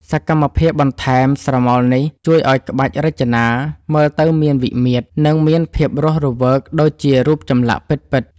សកម្មភាពបន្ថែមស្រមោលនេះជួយឱ្យក្បាច់រចនាមើលទៅមានវិមាត្រ និងមានភាពរស់រវើកដូចជារូបចម្លាក់ពិតៗ។